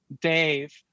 Dave